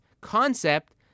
concept